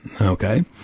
okay